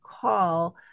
call